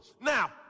now